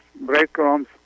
breadcrumbs